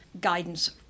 guidance